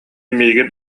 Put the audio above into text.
миигин